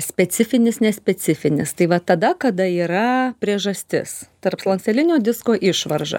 specifinis nespecifinis tai va tada kada yra priežastis tarpslankstelinio disko išvarža